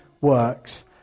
works